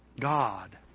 God